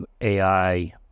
AI